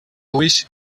wish